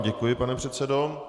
Děkuji vám, pane předsedo.